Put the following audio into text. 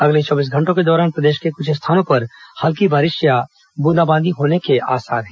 अगले चौबीस घंटों के दौरान प्रदेश के कुछ स्थानों पर हल्की बारिश या बूंदाबांदी होने के आसार है